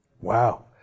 Wow